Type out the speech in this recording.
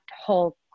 whole